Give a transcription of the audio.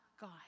God